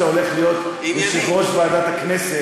במיוחד כשאתה הולך להיות יושב-ראש ועדת הכנסת.